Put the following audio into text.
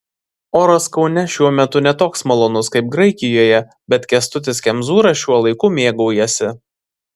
oras kaune šiuo metu ne toks malonus kaip graikijoje bet kęstutis kemzūra šiuo laiku mėgaujasi